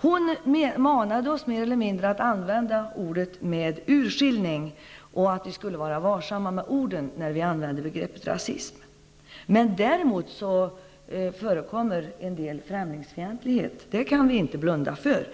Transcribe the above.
Hon mer eller mindre manade oss att använda ordet med urskillning och att vara varsamma med orden när vi använde begreppet rasism. Däremot förekommer en del främlingsfientlighet. Det kan vi inte blunda för.